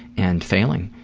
and failing.